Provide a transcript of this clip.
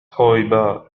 تتويبا